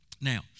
Now